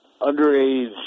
underage